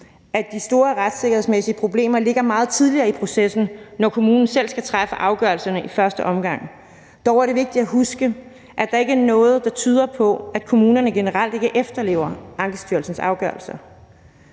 at de store retssikkerhedsmæssige problemer ligger meget tidligere i processen, og når kommunen selv skal træffe afgørelserne i første omgang. Dog er det vigtigt at huske, at der ikke er noget, der tyder på, at kommunerne generelt ikke efterlever Ankestyrelsens afgørelser.